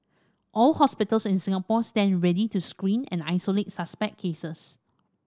all hospitals in Singapore stand ready to screen and isolate suspect cases